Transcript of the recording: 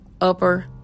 upper